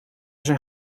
zijn